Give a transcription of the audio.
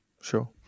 sure